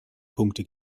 punkte